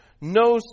no